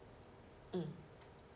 mm